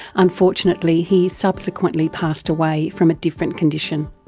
unfortunately he subsequently passed away from a different condition.